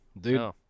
Dude